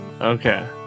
Okay